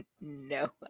no